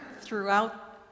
throughout